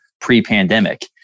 pre-pandemic